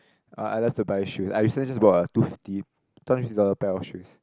uh I like to buy shoes I recently just bought a two fifty two hundred fifty dollar pair of shoes